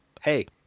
hey